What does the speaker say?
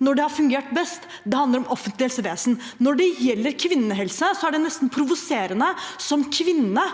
når det har fungert best, handler om offentlig helsevesen. Når det gjelder kvinnehelse, er det nesten provoserende som kvinne